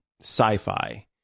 sci-fi